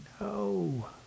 No